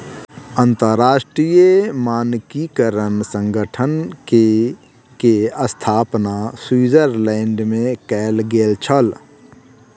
अंतरराष्ट्रीय मानकीकरण संगठन के स्थापना स्विट्ज़रलैंड में कयल गेल छल